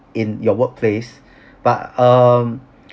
in your workplace but um